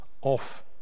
off